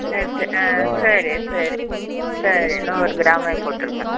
நேற்று ஆ சரி சரி சரி நூறு கிராமே போட்டுருங்க